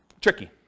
tricky